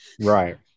Right